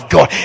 God